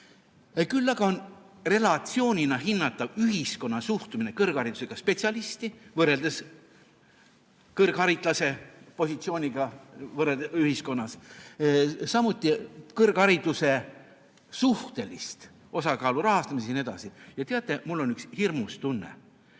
Küll aga on relatsioonina hinnatav ühiskonna suhtumine kõrgharidusega spetsialisti, võrreldes kõrgharitlase positsiooniga ühiskonnas, samuti kõrghariduse suhteline osakaal rahastamises ja nii edasi. Ja teate, mul on üks hirmus tunne.